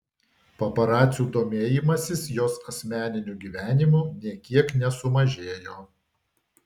paparacių domėjimasis jos asmeniniu gyvenimu nė kiek nesumažėjo